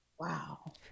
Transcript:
Wow